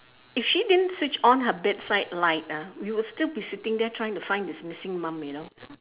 if she didn't switch on her bedside light ah we would still be sitting there trying to find this missing mum you know